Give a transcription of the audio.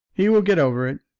he will get over it,